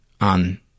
on